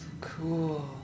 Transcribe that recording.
Cool